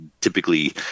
typically